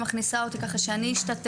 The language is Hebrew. היא מכניסה אותי על מנת שאני אשתתף,